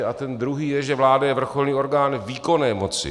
A ten druhý je, že vláda je vrcholný orgán výkonné moci.